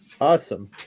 Awesome